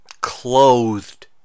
clothed